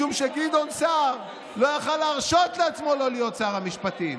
משום שגדעון סער לא יכול היה להרשות לעצמו לא להיות שר המשפטים.